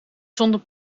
zonder